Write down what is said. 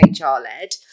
HR-led